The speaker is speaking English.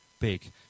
big